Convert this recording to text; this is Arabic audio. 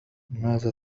لماذا